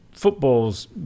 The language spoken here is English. Footballs